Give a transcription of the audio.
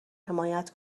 حمایت